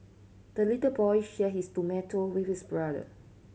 the little boy share his tomato with his brother